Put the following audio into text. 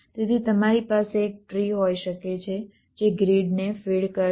તેથી તમારી પાસે એક ટ્રી હોઈ શકે છે જે ગ્રીડને ફીડ કરશે